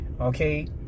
Okay